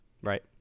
Right